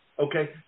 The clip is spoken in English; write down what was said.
Okay